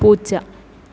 പൂച്ച